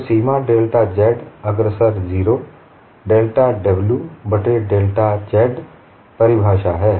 तो सीमा delta z अग्रसर 0 डेल्टा w बट्टे डेल्टा z परिभाषा है